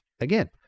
again